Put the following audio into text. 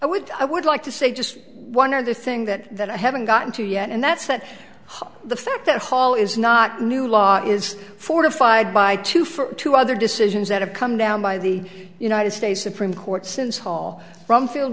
i would i would like to say just one other thing that that i haven't gotten to yet and that's that the fact that hall is not new law is fortified by two for two other decisions that have come down by the united states supreme court since hall from field